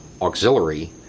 auxiliary